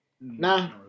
nah